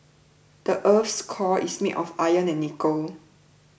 the earth's core is made of iron and nickel